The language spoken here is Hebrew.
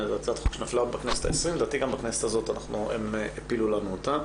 זו הצעת חוק שנפלה בכנסת ה-20 ולדעתי גם בכנסת הזו הם הפילו לנו אותה.